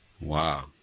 Wow